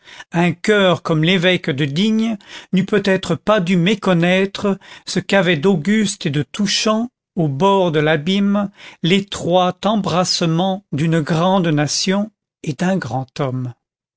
un coeur comme l'évêque de digne n'eût peut-être pas dû méconnaître ce qu'avait d'auguste et de touchant au bord de l'abîme l'étroit embrassement d'une grande nation et d'un grand homme